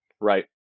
Right